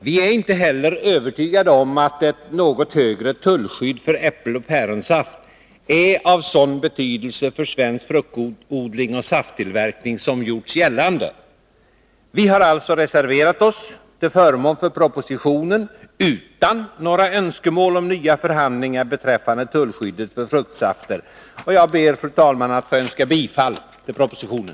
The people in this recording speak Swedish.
Vi är inte heller övertygade om att ett något högre tullskydd för äppeloch päronsaft är av sådan betydelse för svensk fruktodling och safttillverkning som gjorts gällande. Vi har alltså reserverat oss till förmån för propositionen utan några önskemål om nya förhandlingar beträffande tullskyddet för fruktsafter. Fru talman! Jag ber att få yrka bifall till reservationen.